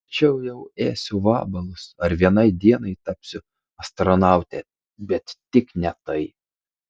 verčiau jau ėsiu vabalus ar vienai dienai tapsiu astronaute bet tik ne tai